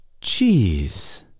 cheese